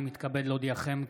אני מתכבד להודיעכם,